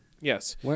Yes